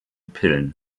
pillen